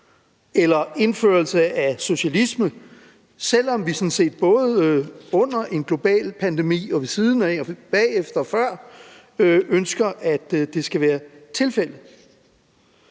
eller indførelse af socialisme, selv om vi sådan set både under en global pandemi og ved siden af, bagefter og før ønsker, at det skal være tilfældet.